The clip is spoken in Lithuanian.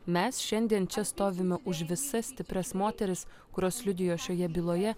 mes šiandien čia stovime už visas stiprias moteris kurios liudijo šioje byloje